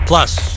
Plus